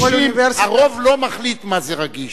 הרוב לא מחליט מה זה רגיש.